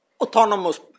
autonomous